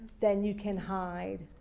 then you can hide